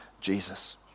Jesus